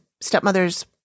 stepmother's